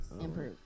improve